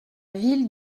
ville